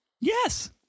Yes